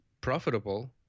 profitable